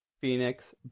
Phoenix